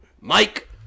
Mike